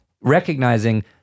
recognizing